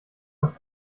aus